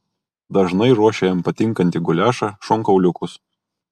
dažnai ruošia jam patinkantį guliašą šonkauliukus